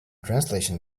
translation